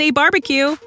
barbecue